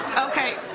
okay,